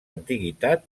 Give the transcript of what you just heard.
antiguitat